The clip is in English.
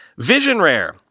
VisionRare